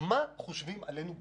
מה חושבים עלינו בעולם?